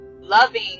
loving